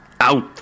out